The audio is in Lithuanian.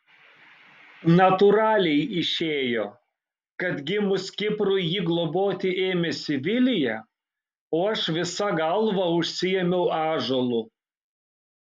natūraliai išėjo kad gimus kiprui jį globoti ėmėsi vilija o aš visa galva užsiėmiau ąžuolu